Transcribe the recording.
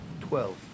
Twelve